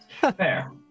Fair